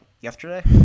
yesterday